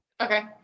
Okay